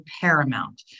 paramount